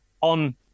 on